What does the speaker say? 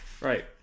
Right